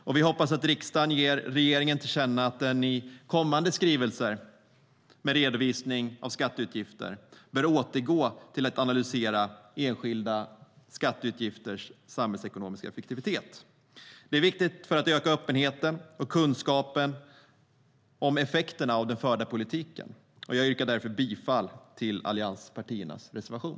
Och vi hoppas att riksdagen ger regeringen till känna att den i kommande skrivelser med redovisning av skatteutgifter bör återgå till att analysera enskilda skatteutgifters samhällsekonomiska effektivitet. Det är viktigt för att öka öppenheten och kunskapen om effekterna av den förda politiken. Jag yrkar därför bifall till allianspartiernas reservation.